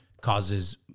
causes